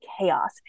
chaos